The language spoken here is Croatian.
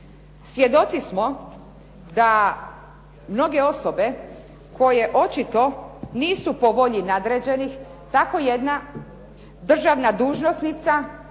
Svjedoci smo da mnoge osobe koje očito nisu po volji nadređenih, tako jedna državna dužnosnica